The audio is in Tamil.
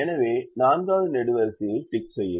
எனவே நான்காவது நெடுவரிசையைத் டிக் செய்யவும்